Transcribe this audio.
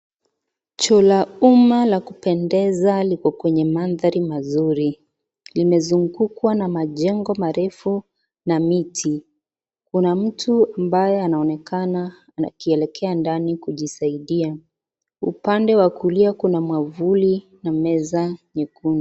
Choo la umma la kupendeza liko kwenye mandhari mazuri, limezungukwa na majengo marefu na miti, kuna mtu ambaye anaonekana akielekea ndani kujisaidia, upande wa kulia kuna mwavuli na meza nyekundu.